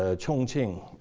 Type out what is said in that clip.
ah chongqing,